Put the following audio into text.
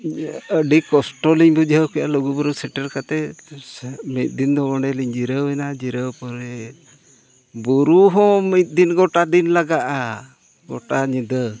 ᱟᱹᱰᱤ ᱠᱚᱥᱴᱚ ᱞᱤᱧ ᱵᱩᱡᱷᱟᱹᱣ ᱠᱮᱜᱼᱟ ᱞᱩᱜᱩᱼᱵᱩᱨᱩ ᱥᱮᱴᱮᱨ ᱠᱟᱛᱮᱫ ᱢᱤᱫ ᱫᱤᱱ ᱫᱚ ᱚᱸᱰᱮ ᱞᱤᱧ ᱡᱤᱨᱟᱹᱣ ᱮᱱᱟ ᱡᱤᱨᱟᱹᱣ ᱯᱚᱨᱮ ᱵᱩᱨᱩ ᱦᱚᱸ ᱢᱤᱫ ᱫᱤᱱ ᱜᱳᱴᱟ ᱫᱤᱱ ᱞᱟᱜᱟᱜᱼᱟ ᱜᱳᱴᱟ ᱧᱤᱫᱟᱹ